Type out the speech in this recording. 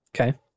Okay